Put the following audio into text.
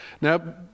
Now